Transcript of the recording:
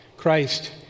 Christ